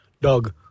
Dog